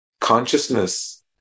consciousness